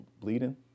bleeding